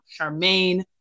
Charmaine